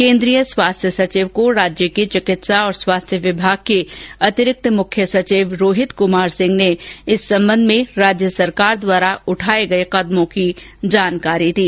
केन्द्रीय स्वास्थ्य सचिव को राज्य के चिकित्सा और स्वास्थ्य विभाग के अतिरिक्त मुख्य सचिव रोहित कुमार सिंह ने इस संबंध में राज्य सरकार द्वारा उठाए गए कदमों में बारे में जानकारी दी